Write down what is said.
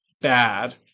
bad